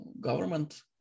government